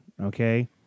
Okay